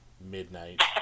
midnight